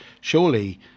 Surely